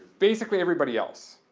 basically, everybody else,